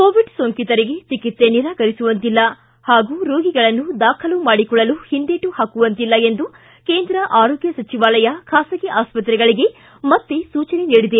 Covid ಸೋಂಕಿತರಿಗೆ ಚಿಕಿತ್ಸೆ ನಿರಾಕರಿಸುವಂತಿಲ್ಲ ಹಾಗೂ ರೋಗಿಗಳನ್ನು ದಾಖಲು ಮಾಡಿಕೊಳ್ಳಲು ಹಿಂದೆಟು ಪಾಕುವಂತಿಲ್ಲ ಎಂದು ಕೇಂದ್ರ ಆರೋಗ್ಗ ಸಚಿವಾಲಯ ಖಾಸಗಿ ಆಸ್ಪತ್ರೆಗಳಿಗೆ ಮತ್ತೆ ಸೂಚನೆ ನೀಡಿದೆ